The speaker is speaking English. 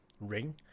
ring